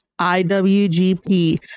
IWGP